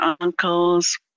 uncles